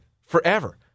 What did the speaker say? forever